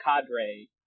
cadre